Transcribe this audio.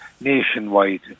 nationwide